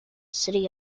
city